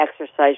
exercise